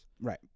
Right